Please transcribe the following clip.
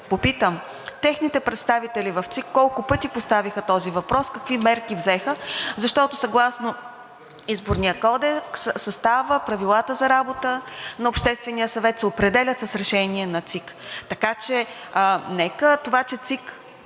попитам техните представители в ЦИК колко пъти поставиха този въпрос, какви мерки взеха, защото съгласно Изборния кодекс съставът и правилата за работа на Обществения съвет се определят с решение на ЦИК. Това, че ЦИК